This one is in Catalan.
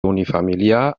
unifamiliar